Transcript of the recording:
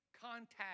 contact